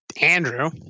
Andrew